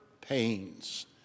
pains